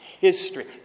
history